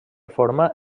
forma